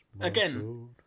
Again